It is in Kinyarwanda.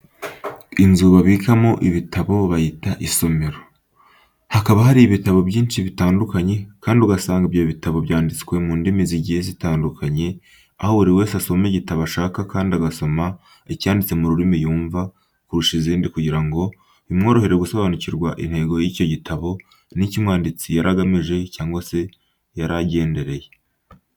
Inzu babikamo ibitabo bayita isomero. Haba harimo ibitabo byinshi bitandukanye kandi ugasanga ibyo bitabo byanditswe mu ndimi zigiye zitandukanye aho buri wese asoma igitabo ashaka kandi agasoma icyanditse mu rurimi yumva kurusha izindi kugira ngo bimworohere gusobanukirwa intego y'icyo gitabo n'icyo umwanditsi yari agamije cyangwa se yaragendereye.